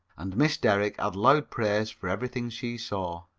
and miss derrick had loud praise for everything she saw.